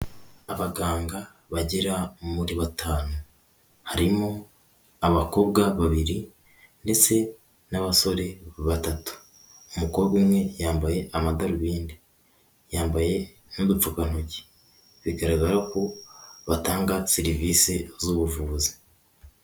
Abaganga bagera muri batanu, harimo abakobwa babiri ndetse n'abasore batatu, umukobwa umwe yambaye amadarubindi, yambaye n'udupfukantoki bigaragara ko batanga serivisi z'ubuvuzi.